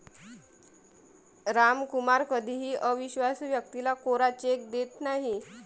रामकुमार कधीही अविश्वासू व्यक्तीला कोरा चेक देत नाही